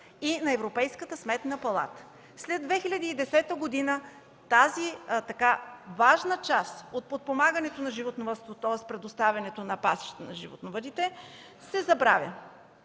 и на Европейската Сметна палата. След 2010 г. тази важна част от подпомагането на животновъдството, тоест предоставянето на пасища на животновъдите, се забравя.